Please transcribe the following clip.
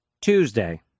Tuesday